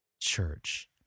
church